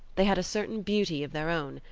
they had a certain beauty of their own,